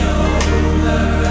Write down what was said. over